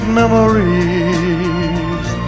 memories